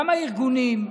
גם הארגונים,